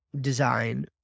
design